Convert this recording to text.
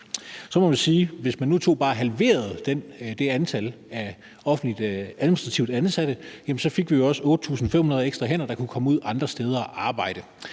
Så må man sige, at hvis vi bare halverede det antal af administrative offentligt ansatte, fik vi også 8.500 ekstra hænder, der kunne komme ud andre steder og arbejde,